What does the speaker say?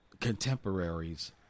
contemporaries